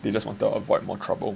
they just want to avoid more trouble